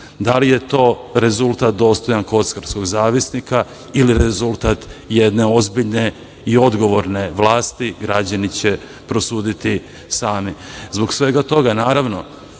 li je to rezultat dostojan kockarskog zavisnika, ili rezultat jedne ozbiljne i odgovorne vlasti, građani će prosuditi sami. Zbog svega toga, naravno,